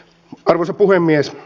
arvoisa puhemies